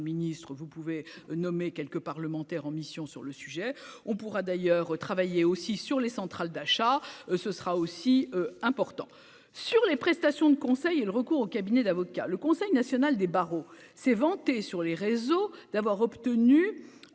vous pouvez nommer quelques parlementaires en mission sur le sujet, on pourra d'ailleurs travailler aussi sur les centrales d'achat, ce sera aussi important sur les prestations de conseil et le recours aux cabinets d'avocats, le Conseil national des barreaux s'est vanté sur les réseaux d'avoir obtenu